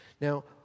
Now